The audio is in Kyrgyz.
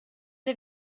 эле